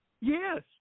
Yes